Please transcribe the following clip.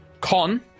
con